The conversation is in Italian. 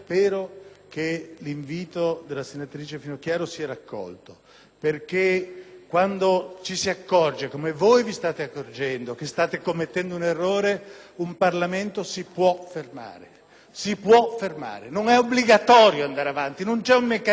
perché quando ci si accorge - come voi vi state accorgendo - che si sta commettendo un errore un Parlamento si può fermare. Non è obbligatorio andare avanti, non c'è un meccanismo che ci costringe ad una coerenza ossessiva e priva di ragioni.